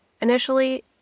Initially